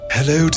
Hello